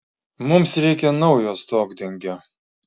mums reikia naujo stogdengio